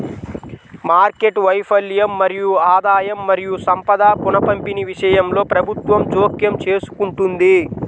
market వైఫల్యం మరియు ఆదాయం మరియు సంపద పునఃపంపిణీ విషయంలో ప్రభుత్వం జోక్యం చేసుకుంటుంది